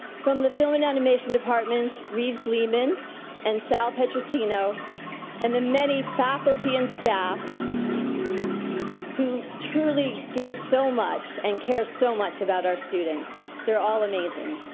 from the film and animation department's reeves lehmann and sal petrosino and the many faculty and staff who truly give so much and care so much about our students. they're all amazing.